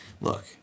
look